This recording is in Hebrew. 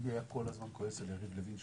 שביבי היה כל הזמן כועס על יריב לוין,